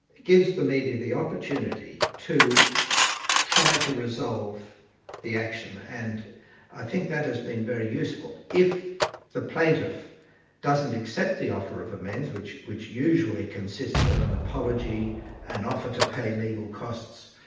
gives the media the opportunity to try to resolve the action, and i think that has been very useful. if the plaintiff doesn't accept the offer of amends, which which usually consists of an apology an offer to pay legal costs,